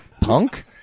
punk